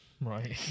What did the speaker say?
Right